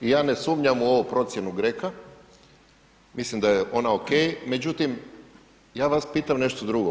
I ja ne sumnjam u ovu procjenu GRECO-a mislim da je ona ok, međutim ja vas pitam nešto drugo.